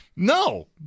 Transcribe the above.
No